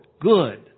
good